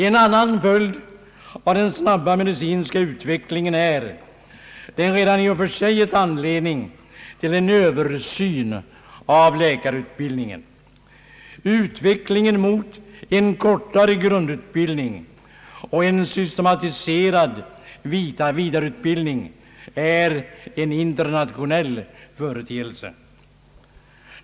En annan följd av den snabba medicinska utvecklingen, som i och för sig gett anledning till en översyn av läkarutbildningen, är kraven på en kortare grundutbildning och en systematiserad vidareutbildning. Detta är en internationell företeelse.